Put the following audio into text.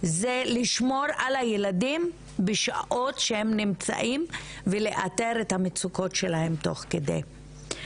זה לשמור על הילדים בשעות שהם נמצאים ולאתר את המצוקות שלהם תוך כדי.